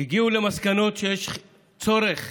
הגיעו למסקנות שיש צורך